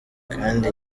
kandi